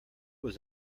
was